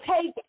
take